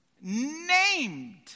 Named